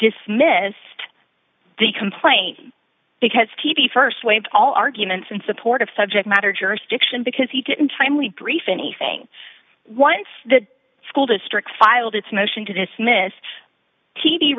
dismissed the complaint because t v st waved all arguments in support of subject matter jurisdiction because he didn't timely brief anything once the school district filed its motion to dismiss t